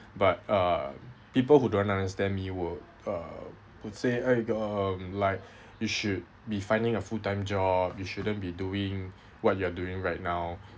but uh people who don't understand me would uh would say eh um like you should be finding a full time job you shouldn't be doing what you are doing right now